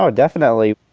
um definitely.